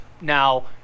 Now